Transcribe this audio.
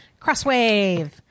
Crosswave